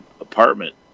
apartment